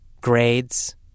grades